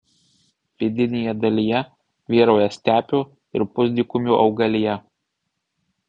vidinėje dalyje vyrauja stepių ir pusdykumių augalija